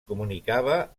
comunicava